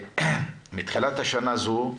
מתחילת שנה זו,